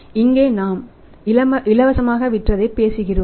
எனவே இங்கே நாம் இலவசமாக விற்றதை பேசுகிறோம்